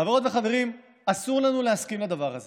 חברות וחברים, אסור לנו להסכים לדבר הזה.